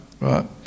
right